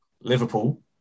Liverpool